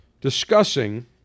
discussing